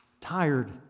tired